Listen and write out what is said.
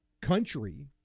country